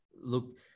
look